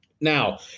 Now